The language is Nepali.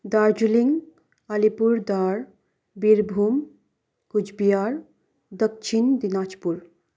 दार्जिलिङ आलिपुरद्वार बीरभूम कुचबिहार दक्षिण दिनाजपुर